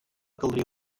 caldria